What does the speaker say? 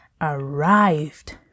arrived